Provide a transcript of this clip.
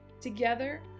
Together